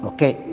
Okay